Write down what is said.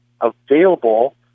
available